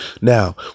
Now